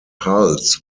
hulls